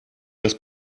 das